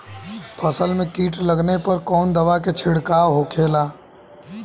फसल में कीट लगने पर कौन दवा के छिड़काव होखेला?